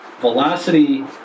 Velocity